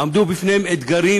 עמדו בפניהם אתגרים